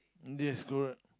yes correct